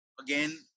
again